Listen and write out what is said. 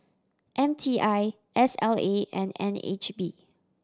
M T I S L A and N H B